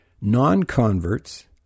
Non-converts